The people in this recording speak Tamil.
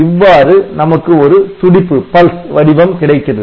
இவ்வாறு நமக்கு ஒரு துடிப்பு வடிவம் கிடைக்கிறது